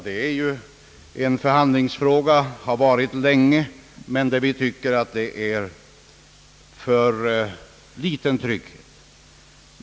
Detta är ju en förhandlingsfråga, men vi tycker att de ännu ger för liten trygghet.